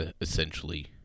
essentially